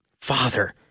father